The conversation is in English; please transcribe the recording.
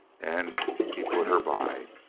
and he put her by.